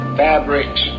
fabrics